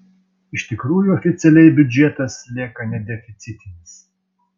iš tikrųjų oficialiai biudžetas lieka nedeficitinis